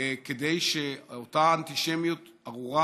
כדי שאותה אנטישמיות ארורה,